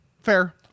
fair